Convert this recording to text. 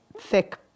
thick